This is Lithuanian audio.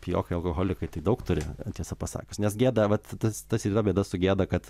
pijokai alkoholikai tai daug turi tiesą pasakius nes gėda vat tas tas ir yra bėda su gėda kad